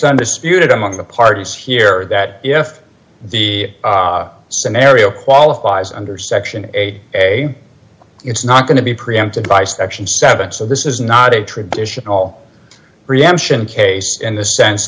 spewed among the parties here that if the scenario qualifies under section eight a it's not going to be preempted by section seven so this is not a traditional preemption case in the sense